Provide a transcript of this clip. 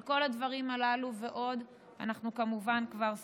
על כל הדברים הללו ועוד אנחנו כמובן כבר שוחחנו.